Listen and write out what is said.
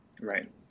right